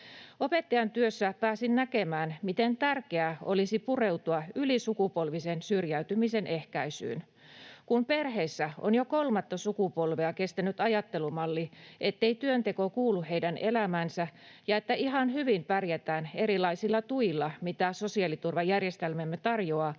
Opettajan työssä pääsin näkemään, miten tärkeää olisi pureutua ylisukupolvisen syrjäytymisen ehkäisyyn. Kun perheessä on jo kolmatta sukupolvea kestänyt ajattelumalli, ettei työnteko kuulu heidän elämäänsä ja että ihan hyvin pärjätään erilaisilla tuilla, mitä sosiaaliturvajärjestelmämme tarjoaa,